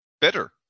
better